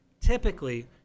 Typically